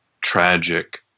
tragic